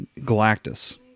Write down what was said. Galactus